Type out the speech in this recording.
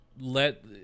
let